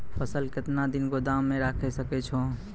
फसल केतना दिन गोदाम मे राखै सकै छौ?